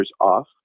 off